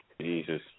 Jesus